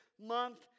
month